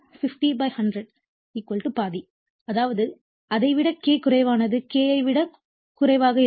எடுத்துக்காட்டாக முதன்மை பக்கமானது 100K ஆக இருந்தால் இரண்டாம் நிலை 200K ஆக இருக்கும் இது K ஐ விட குறைவாக இருந்தால் அது ஒரு படி அப் டிரான்ஸ்பார்மர்